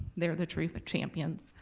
they are the true but champions.